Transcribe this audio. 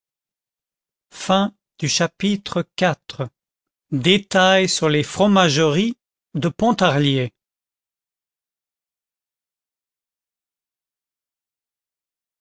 chapitre iv détails sur les fromageries de pontarlier